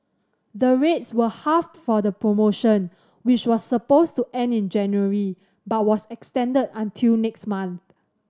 the rates were halved for the promotion which was supposed to end in January but was extended until next month